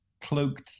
cloaked